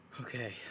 Okay